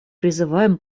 призываем